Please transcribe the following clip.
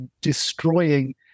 destroying